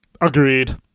Agreed